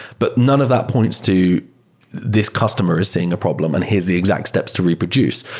but none of that points to this customer is seeing a problem in here's the exact steps to reproduce,